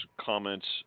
comments